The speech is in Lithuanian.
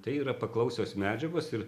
tai yra paklausios medžiagos ir